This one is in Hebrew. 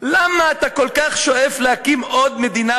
הקלדנית,